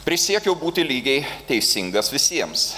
prisiekiau būti lygiai teisingas visiems